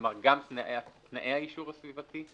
כלומר, גם תנאי האישור הסביבתי?